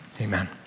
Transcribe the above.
amen